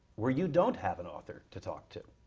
where you don't have an author to talk to.